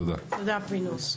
תודה, פינדרוס.